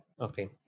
Okay